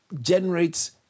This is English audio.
generates